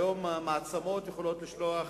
היום המעצמות יכולות לשלוח